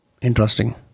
Interesting